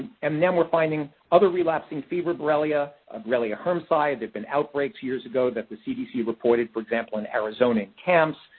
and now we're finding other relapsing fever borrelia ah borrelia hermsii. there've been outbreaks years ago that the cdc reported, for example, in arizona camps.